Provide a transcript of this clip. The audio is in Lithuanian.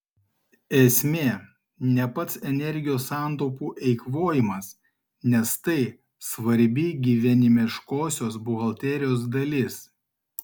esmė ne pats energijos santaupų eikvojimas nes tai svarbi gyvenimiškosios buhalterijos dalis